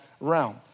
realm